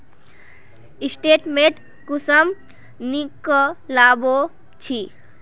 Statement कुंसम निकलाबो छी?